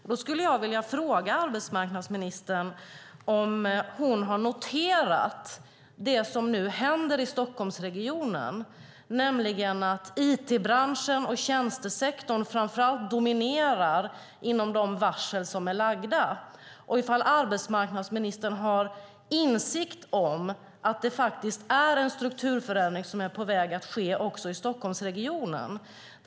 Jag skulle vilja fråga arbetsmarknadsministern om hon har noterat det som nu händer i Stockholmsregionen, nämligen att it-branschen och tjänstesektorn dominerar inom de varsel som är lagda. Har arbetsmarknadsministern insikt om att en strukturförändring är på väg att ske också i Stockholmsregionen?